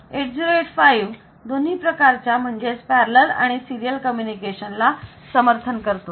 8085 दोन्ही प्रकारच्या म्हणजेच पॅरलल आणि सिरीयल कम्युनिकेशन ला समर्थन करतो